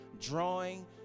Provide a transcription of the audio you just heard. drawing